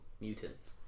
mutants